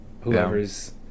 Whoever's